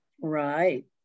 Right